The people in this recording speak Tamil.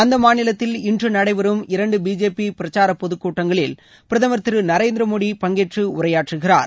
அந்த மாநிலத்தில் இன்று நடைபெறும் இரண்டு பிஜேபி பிரச்சார பொதுக் கூட்டங்களில் பிரதமர் திரு நரேந்திர மோடி பங்கேற்று உரையாற்றுகிறார்